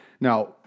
now